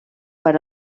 per